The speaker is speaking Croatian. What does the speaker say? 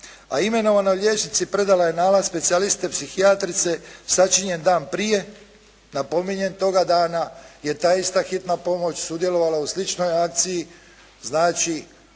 a imenovanoj liječnici predala je nalaz specijaliste psihijatrice sačinjen dan prije. Napominjem, toga dana je ta ista hitna pomoć sudjelovala u sličnoj akciji. Znači,